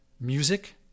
music